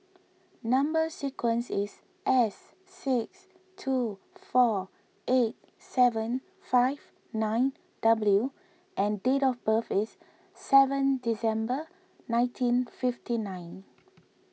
Number Sequence is S six two four eight seven five nine W and date of birth is seven December nineteen fifty nine